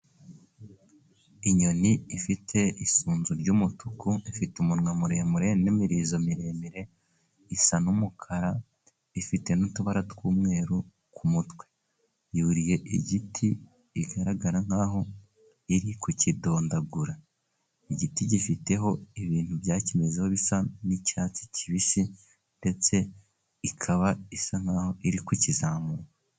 Inyoni ifite isunzu ry'umutuku, ifite umunwa muremure n'imirizo miremire, isa n'umukara, ifite n'utubara tw'umweru ku kumutwe. Yuriye igiti igaragara nk'aho iri kukidondagura. Igiti gifiteho ibintu byakimezeho bisa n'icyatsi kibisi, ndetse ikaba isa nk'aho iri kuzamuka.